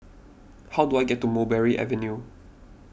how do I get to Mulberry Avenue